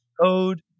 code